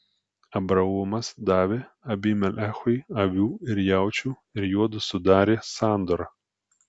abraomas davė abimelechui avių ir jaučių ir juodu sudarė sandorą